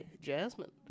jasmine